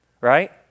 right